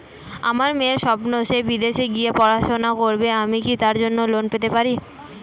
আমার মেয়ের স্বপ্ন সে বিদেশে গিয়ে পড়াশোনা করবে আমি কি তার জন্য লোন পেতে পারি?